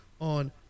on